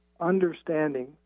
understanding